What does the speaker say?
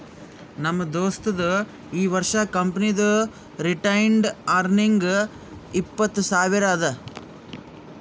ನಮ್ ದೋಸ್ತದು ಈ ವರ್ಷ ಕಂಪನಿದು ರಿಟೈನ್ಡ್ ಅರ್ನಿಂಗ್ ಇಪ್ಪತ್ತು ಸಾವಿರ ಅದಾ